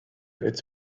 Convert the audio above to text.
its